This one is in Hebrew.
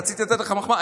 רציתי לתת לך מחמאה,